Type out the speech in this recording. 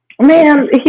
Man